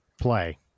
play